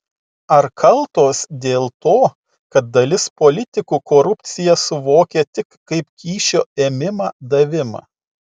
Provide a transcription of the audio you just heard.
ar kaltos dėl to kad dalis politikų korupciją suvokia tik kaip kyšio ėmimą davimą